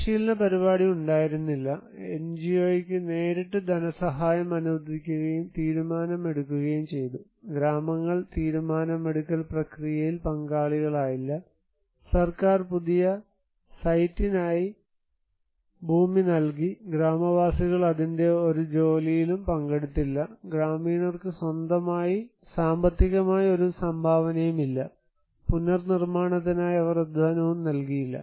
പരിശീലന പരിപാടി ഉണ്ടായിരുന്നില്ല എൻജിഒയ്ക്ക് നേരിട്ട് ധനസഹായം അനുവദിക്കുകയും തീരുമാനമെടുക്കുകയും ചെയ്തു ഗ്രാമങ്ങൾ തീരുമാനമെടുക്കൽ പ്രക്രിയയിൽ പങ്കാളികളായില്ല സർക്കാർ പുതിയ സൈറ്റിനായി ഭൂമി നൽകി ഗ്രാമവാസികൾ അതിന്റെ ഒരു ജോലിയിലും പങ്കെടുത്തില്ല ഗ്രാമീണർക്ക് സാമ്പത്തികമായി ഒരു സംഭാവനയും ഇല്ല പുനർനിർമാണത്തിനായി അവർ അധ്വാനവും നൽകിയില്ല